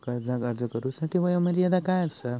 कर्जाक अर्ज करुच्यासाठी वयोमर्यादा काय आसा?